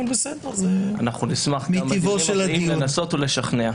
נשמח לנסות לשכנע.